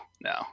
no